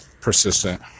persistent